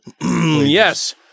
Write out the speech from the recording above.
Yes